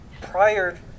prior